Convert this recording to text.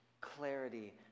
clarity